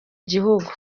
gihugu